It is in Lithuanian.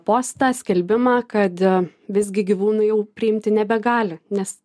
postą skelbimą kad visgi gyvūnų jau priimti nebegali nes